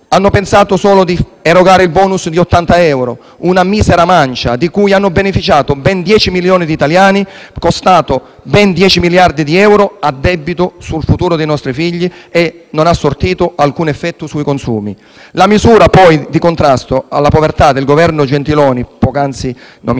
hanno pensato solo di erogare il *bonus* di 80 euro, una misera mancia di cui hanno beneficiato ben 10 milioni di italiani e che è costata ben 10 miliardi di euro, a debito sul futuro dei nostri figli, senza sortire alcun effetto sui consumi. Inoltre, la misura di contrasto alla povertà del Governo Gentiloni Silveri, poc'anzi nominata,